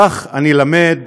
כך אני למד,